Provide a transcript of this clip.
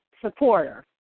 supporter